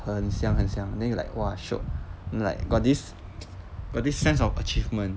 很香很香 then you like !wah! shiok like got this got this sense of achievement